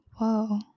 whoa